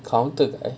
counter guy